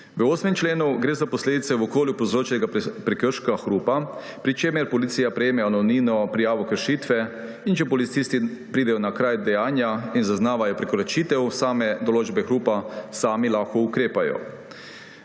V 8. členu gre za posledice v okolju povzročenega prekrška hrupa, pri čemer policija prejme anonimno prijavo kršitve, in če policisti pridejo na kraj dejanja in zaznajo prekoračitev določbe hrupa, lahko sami ukrepajo.